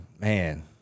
man